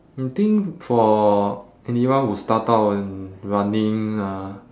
I think for anyone who start out in running uh